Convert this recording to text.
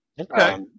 Okay